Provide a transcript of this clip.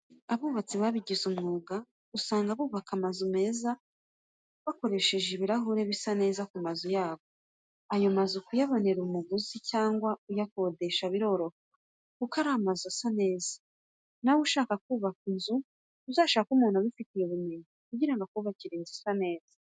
Abubatsi babigize umwuga usanga bubaka amazu meza bakoresheje ibirahure bisa neza ku mazu yabo. Ayo mazu kuyabonera umuguzi, cyangwa uyakodesha biroroha kuko ari amazu asa neza. Nawe nushaka kubaka inzu uzashake umuntu ubifitiye ubumenyi kugira ngo akubakire inzu isa neza.